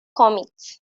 comics